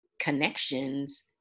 connections